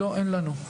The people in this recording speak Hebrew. לא אין לנו,